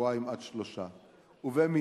בכשבועיים עד שלושה שבועות.